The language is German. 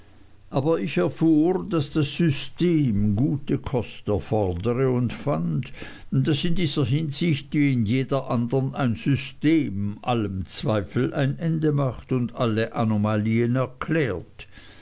aber ich erfuhr daß das system gute kost erfordere und fand daß in dieser hinsicht wie in jeder andern ein system allem zweifel ein ende macht und alle anomalien erklärt